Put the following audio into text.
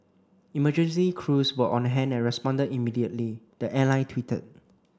emergency crews were on hand and responded immediately the airline tweeted